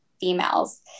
females